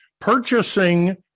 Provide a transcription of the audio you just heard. purchasing